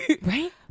Right